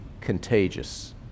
contagious